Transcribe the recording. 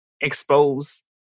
expose